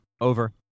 Over